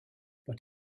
but